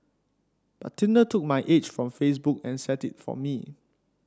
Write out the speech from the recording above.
but Tinder took my age from Facebook and set it for me